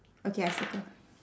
okay I circle